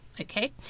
Okay